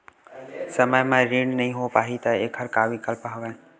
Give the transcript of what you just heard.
समय म ऋण नइ हो पाहि त एखर का विकल्प हवय?